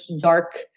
dark